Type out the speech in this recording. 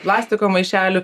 plastiko maišelių